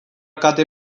kate